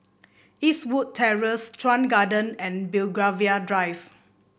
Eastwood Terrace Chuan Garden and Belgravia Drive